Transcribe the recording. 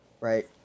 right